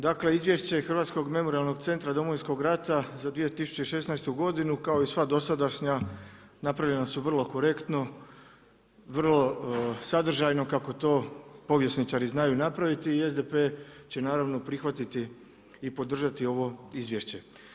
Dakle, izvješće Hrvatskog memorijalnog centra Domovinskog rata za 2016. godinu kao i sva dosadašnja, napravljena su vrlo korektno, vrlo sadržajno kako to povjesničari znaju napraviti i SDP će naravno prihvatiti i podržati ovo izvješće.